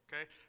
Okay